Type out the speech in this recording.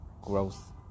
growth